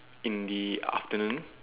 in the afternoon